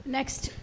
Next